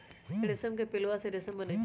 रेशम के पिलुआ से रेशम बनै छै